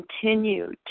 continue